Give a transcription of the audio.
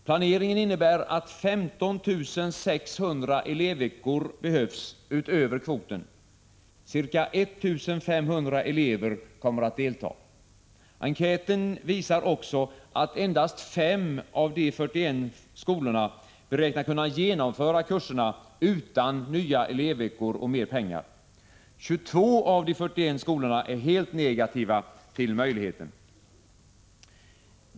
Planeringen innebär, att 15 600 elevveckor behövs utöver kvoten. Ca 1 500 elever kommer att delta. Enkäten visar också att endast 5 av de 41 skolorna beräknar kunna genomföra kurserna utan nya elevveckor och mer pengar. 22 av de 41 skolorna är helt negativa till möjligheten.